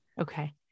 Okay